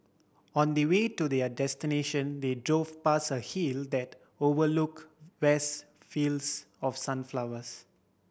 on the way to their destination they drove past a hill that overlook vast fields of sunflowers